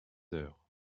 heures